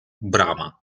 brama